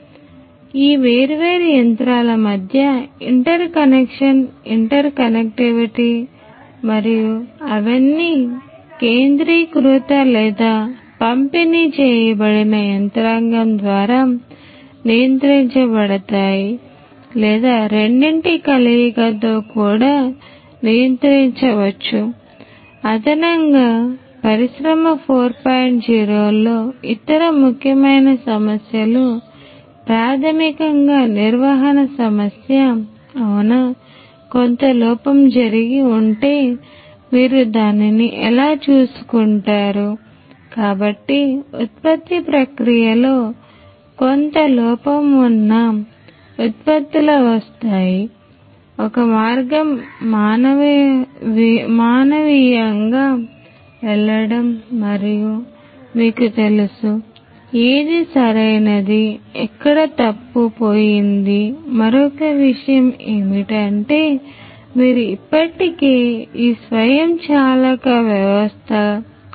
కాబట్టి ఈ వేర్వేరు యంత్రాల మధ్య ఇంటర్కనెక్షన్ ఇంటర్కనెక్టివిటీ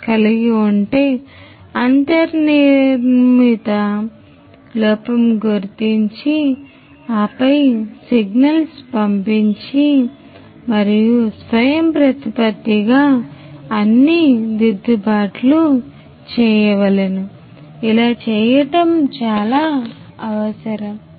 కలిగి ఉంటే అంతర్నిర్మిత లోపం గుర్తించి ఆపై సిగ్నల్స్ పంపించి మరియుస్వయంప్రతిపత్తిగా అన్నీ దిద్దుబాట్లు చేయవలెనుఇలా చేయటం చాలా అవసరము